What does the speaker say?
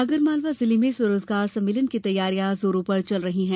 आगरमालवा जिले में स्वरोजगार सम्मेलन की तैयारियां जोरों पर चल रही है